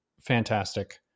fantastic